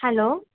hello